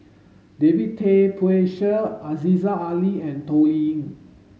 David Tay Poey Cher Aziza Ali and Toh Liying